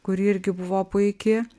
kuri irgi buvo puiki